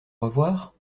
revoir